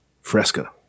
Fresca